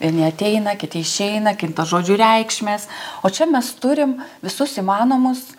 vieni ateina kiti išeina kinta žodžių reikšmės o čia mes turim visus įmanomus